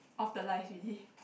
off the lights already